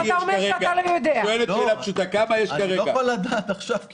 אני לא יכול לדעת עכשיו.